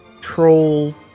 troll